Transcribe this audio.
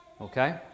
Okay